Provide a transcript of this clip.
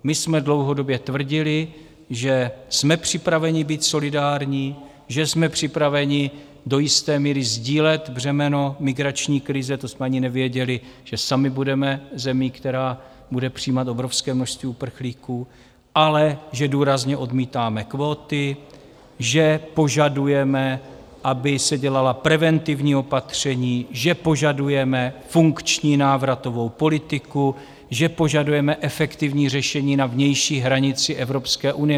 My jsme dlouhodobě tvrdili, že jsme připraveni být solidární, že jsme připraveni do jisté míry sdílet břemeno migrační krize to jsme ani nevěděli, že sami budeme zemí, která bude přijímat obrovské množství uprchlíků ale že důrazně odmítáme kvóty, že požadujeme, aby se dělala preventivní opatření, že požadujeme funkční návratovou politiku, že požadujeme efektivní řešení na vnější hranici Evropské unie.